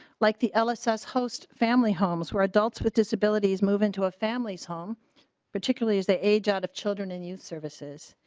like the l a sus host family homes where adults with disabilities move into a family's home particularly as they age out of children and youth services.